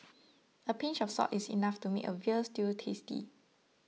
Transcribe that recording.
a pinch of salt is enough to make a Veal Stew tasty